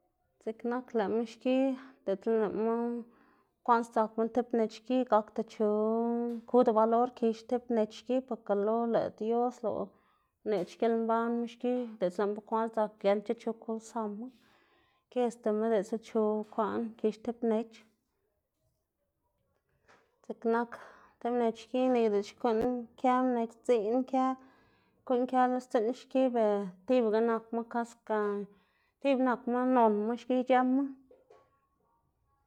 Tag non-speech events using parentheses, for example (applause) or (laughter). Dziꞌk nak lëꞌma xki diꞌltsa lëꞌma kwaꞌn sdzakma tib mnech xki gakda chu kuda valor kix tib mnech xki, porke lo lëꞌ dios lëꞌ uneꞌdz (noise) xkilmbanma xki, diꞌltsa lëꞌma bekwaꞌn dzak giendc̲h̲a chu kulsa, ikedzdama diꞌltsa chu bukwaꞌn kix tib mnech, (noise) dziꞌk nak tib mnech xki nika dele xkuꞌn kë mnech dziꞌn kë xkuꞌn kë lo stsiꞌn xki, ber tibaga nakma kaska tibaga nakma nonma xki ic̲h̲ëma. (noise)